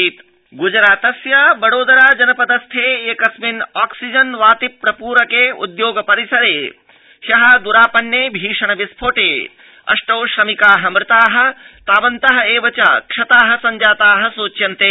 गजरातः विस्फोटः ग्जरातस्य वडोदरा जनपद स्थे एकस्मिन् ऑक्सिजन् वाति प्रप्रकोद्योग परिसरे ह्यो द्रापन्ने भीषण विस्फोटे अष्टौ श्रमिकाः मृताः तावन्त एव च क्षताः संजाताः सूच्यन्ते